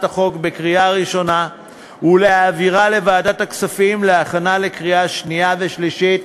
החוק בקריאה ראשונה ולהעבירה לוועדת הכספים להכנה לקריאה שנייה ושלישית.